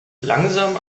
langsam